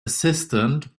assistant